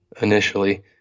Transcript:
initially